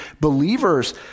believers